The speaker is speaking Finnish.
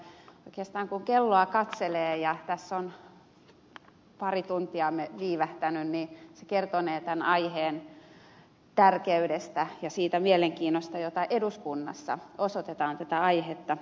oikeastaan kun kelloa katselee ja tässä on pari tuntia viivähtänyt se kertonee tämän aiheen tärkeydestä ja siitä mielenkiinnosta jota eduskunnassa osoitetaan tätä aihetta kohtaan